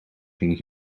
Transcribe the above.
ging